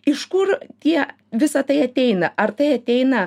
iš kur tie visa tai ateina ar tai ateina